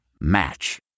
Match